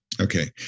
Okay